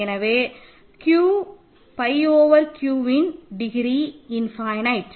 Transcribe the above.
எனவே Q pi over Qன் degree infinite